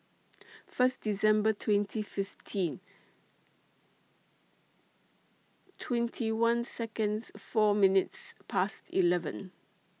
First December twenty fifteen twenty one Seconds four minutes Past eleven